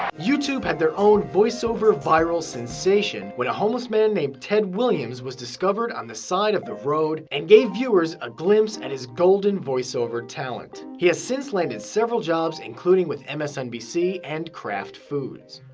youtube had their own voiceover viral sensation when a homeless man named ted williams was discovered on the side of the road and gave viewers a glimpse at his golden voiceover talent. he has since landed several jobs including with msnbc and kraft foods.